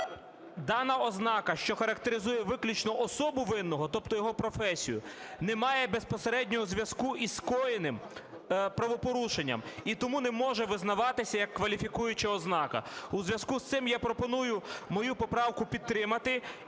дана ознака, що характеризує виключно особу винного, тобто його професію, не має безпосереднього зв'язку із скоєним правопорушенням і тому не може визнаватися як кваліфікуюча ознака. У зв'язку з цим я пропоную мою поправку підтримати